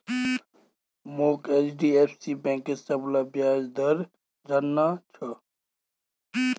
मोक एचडीएफसी बैंकेर सबला ब्याज दर जानना छ